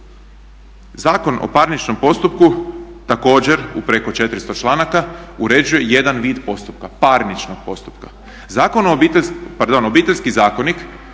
Zakon o parničnom postupku također preko 400 članaka uređuje jedan vid postupka, parničnog postupka. Obiteljski zakonik